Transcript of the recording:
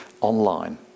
online